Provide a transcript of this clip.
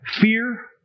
fear